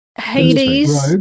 Hades